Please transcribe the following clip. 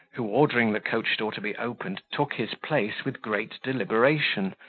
who, ordering the coach-door to be opened, took his place with great deliberation,